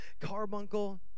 carbuncle